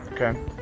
Okay